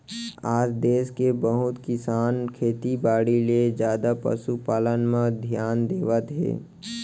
आज देस के बहुत किसान खेती बाड़ी ले जादा पसु पालन म धियान देवत हें